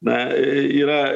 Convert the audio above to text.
na yra